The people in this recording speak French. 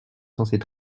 censées